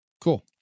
Cool